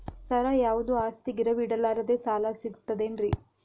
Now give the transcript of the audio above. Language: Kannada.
ಸರ, ಯಾವುದು ಆಸ್ತಿ ಗಿರವಿ ಇಡಲಾರದೆ ಸಾಲಾ ಸಿಗ್ತದೇನ್ರಿ?